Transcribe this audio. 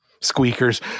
Squeakers